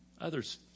others